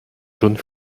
jaune